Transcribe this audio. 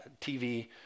TV